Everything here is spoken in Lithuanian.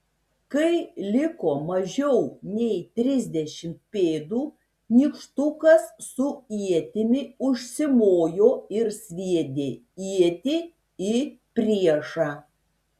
kai liko mažiau nei trisdešimt pėdų nykštukas su ietimi užsimojo ir sviedė ietį į priešą